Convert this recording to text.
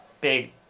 big